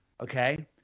Okay